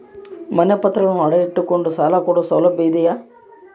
ಮನೆ ಪತ್ರಗಳನ್ನು ಅಡ ಇಟ್ಟು ಕೊಂಡು ಸಾಲ ಕೊಡೋ ಸೌಲಭ್ಯ ಇದಿಯಾ?